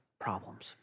problems